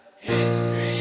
history